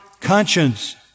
conscience